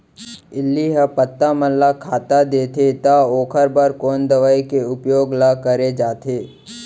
इल्ली ह पत्ता मन ला खाता देथे त ओखर बर कोन दवई के उपयोग ल करे जाथे?